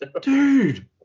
dude